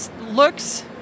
looks